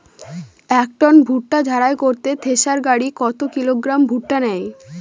এক টন ভুট্টা ঝাড়াই করতে থেসার গাড়ী কত কিলোগ্রাম ভুট্টা নেয়?